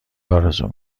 آرزو